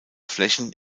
flächen